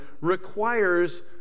requires